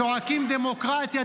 צועקים: דמוקרטיה,